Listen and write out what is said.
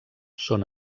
són